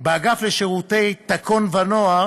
באגף לשירותי תקון ונוער